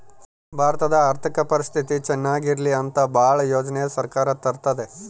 ಭಾರತದ ಆರ್ಥಿಕ ಪರಿಸ್ಥಿತಿ ಚನಾಗ ಇರ್ಲಿ ಅಂತ ಭಾಳ ಯೋಜನೆ ಸರ್ಕಾರ ತರ್ತಿದೆ